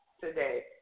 today